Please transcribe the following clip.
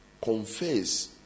confess